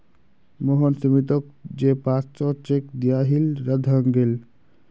मोहन सुमीतोक जे पांच सौर चेक दियाहिल रद्द हंग गहील